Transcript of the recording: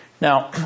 Now